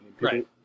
Right